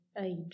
age